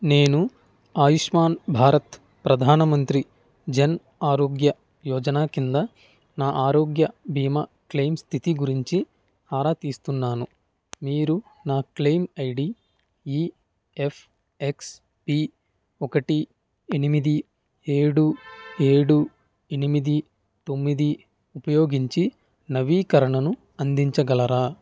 నేను ఆయుష్మాన్ భారత్ ప్రధాన మంత్రి జన్ ఆరోగ్య యోజన క్రింద నా ఆరోగ్య బీమా క్లెయిమ్ స్థితి గురించి ఆరా తీస్తున్నాను మీరు నా క్లెయిమ్ ఐడి ఇఎఫ్ఎక్స్పి ఒకటి ఎనిమిది ఏడు ఏడు ఎనిమిది తొమ్మిది ఉపయోగించి నవీకరణను అందించగలరా